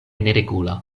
neregula